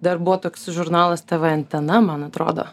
dar buvo toks žurnalas tv antena man atrodo